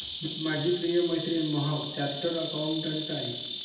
माझी प्रिय मैत्रीण महक चार्टर्ड अकाउंटंट आहे